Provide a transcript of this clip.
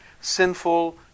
sinful